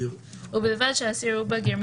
ובלבד שהאסיר הוא בגיר,